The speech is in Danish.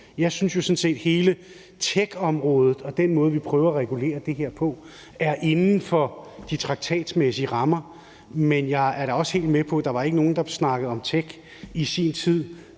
Jeg synes jo sådan set, at hele techområdet og den måde, vi prøver at regulere det på, er inden for de traktatmæssige rammer, og jeg er da også helt med på, at der ikke var nogen, der snakkede om tech i sin tid,